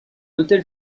autel